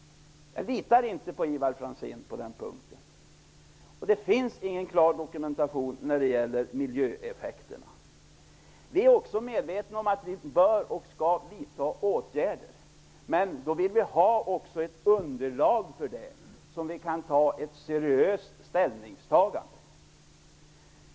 Jag litar inte på Ivar Franzén på den punkten. Det finns ingen klar dokumentation när det gäller miljöeffekterna. Vi är också medvetna om att vi bör och skall vidta åtgärder. Men då vill vi ha ett underlag, så att vi kan göra ett seriöst ställningstagande.